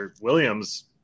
Williams